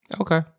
Okay